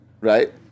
right